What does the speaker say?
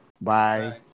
Bye